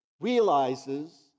realizes